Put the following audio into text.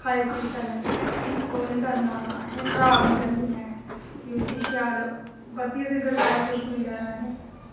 खाई सकने कि ओह् निं करना असें खराब निं करना ऐ ते उस्सी शैल परतियै उसगी गड़काई लैना ऐ असें